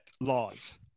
laws